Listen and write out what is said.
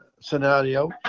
scenario